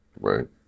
right